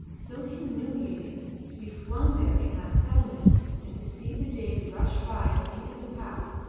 so humiliating to be flung there in that settlement and to see the days rush by into the past,